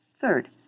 Third